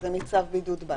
זה מצו בידוד בית.